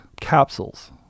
capsules